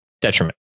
detriment